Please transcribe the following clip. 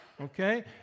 okay